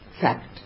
fact